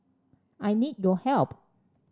I need your help